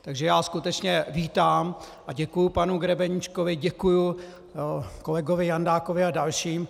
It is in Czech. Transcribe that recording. Takže já skutečně vítám a děkuji panu Grebeníčkovi, děkuji kolegovi Jandákovi a dalším.